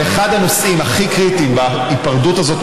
אבל אחד הנושאים הכי קריטיים בהיפרדות הזאת